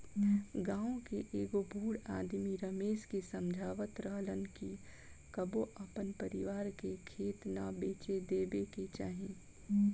गांव के एगो बूढ़ आदमी रमेश के समझावत रहलन कि कबो आपन परिवार के खेत ना बेचे देबे के चाही